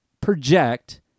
project